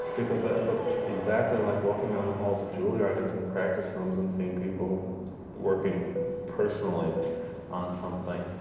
because that looked exactly like walking down the halls of juilliard into the practice rooms, and seeing people working personally on something.